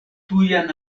tujan